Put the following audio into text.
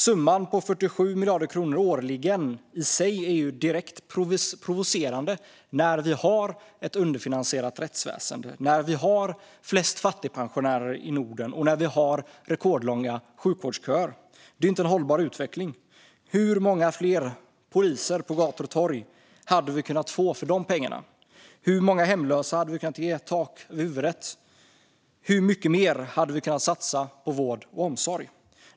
Summan 47 miljarder kronor årligen är i sig direkt provocerande när vi har ett underfinansierat rättsväsen, när vi har flest fattigpensionärer i Norden och när vi har rekordlånga sjukvårdsköer. Det är inte en hållbar utveckling. Hur många fler poliser på gator och torg hade vi kunnat få för dessa pengar? Hur många hemlösa hade vi kunnat ge tak över huvudet? Hur mycket mer hade vi kunnat satsa på vård och omsorg?